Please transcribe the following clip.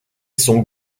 sont